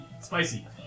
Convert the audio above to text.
Spicy